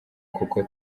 kuko